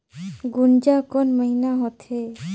गुनजा कोन महीना होथे?